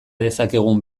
dezakegun